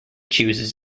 chooses